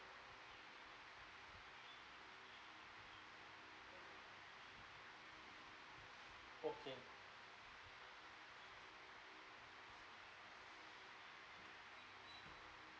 okay